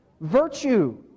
virtue